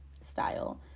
style